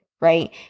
right